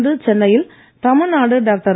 இன்று சென்னையில் தமிழ்நாடு டாக்டர்